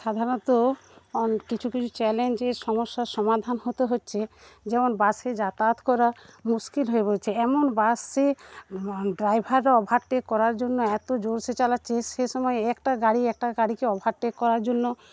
সাধারণত কিছু কিছু চ্যালেঞ্জের সমস্যার সমাধান হতে হচ্ছে যেমন বাসে যাতায়াত করা মুশকিল হয়ে পড়েছে এমন বাসে ড্রাইভাররা ওভারটেক করার জন্য এত জোরসে চালাচ্ছে যে সেসময়ে একটা গাড়ি একটা গাড়িকে ওভারটেক করার জন্য